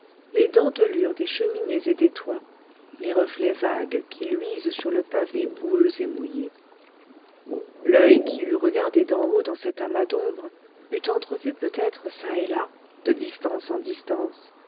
les dentelures des cheminées et des toits les reflets vagues qui luisent sur le pavé boueux et mouillé l'oeil qui eût regardé d'en haut dans cet amas d'ombre eût entrevu peut-être çà et là de distance en distance